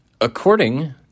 according